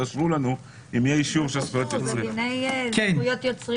תאשרו לנו אם יהיה אישור של הזכויות יוצרים.